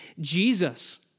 Jesus